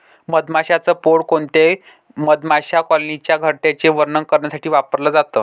मधमाशांच पोळ कोणत्याही मधमाशा कॉलनीच्या घरट्याचे वर्णन करण्यासाठी वापरल जात